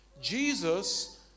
Jesus